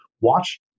watch